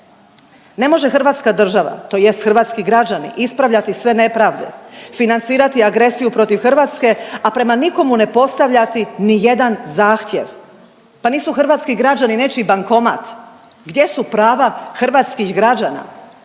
Ne može hrvatska država tj. hrvatski građani ispravljati sve nepravde, financirati agresiju protiv Hrvatske, a prema nikomu ne postavljati ni jedan zahtjev. Pa nisu hrvatski građani nečiji bankomat. Gdje su prava hrvatskih građana?